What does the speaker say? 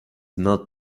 not